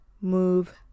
move